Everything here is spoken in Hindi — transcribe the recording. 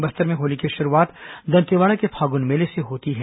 बस्तर में होली की शुरूआत दंतेवाड़ा के फागुन मेले से होती है